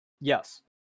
yes